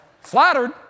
Flattered